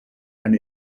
eine